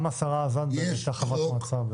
גם השרה זנדברג הייתה חברת מועצה בעיריית תל-אביב.